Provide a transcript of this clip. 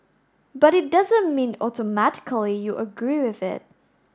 but it doesn't mean automatically you agree with it